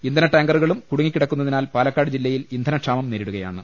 ഇന്ധന ടാങ്കറുകളും കുടുങ്ങിക്കിടക്കുന്നതിനാൽ പാലക്കാട് ജില്ലയിൽ ഇന്ധനക്ഷാമം നേരിടുകയാണ്